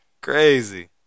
crazy